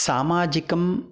सामाजिकम्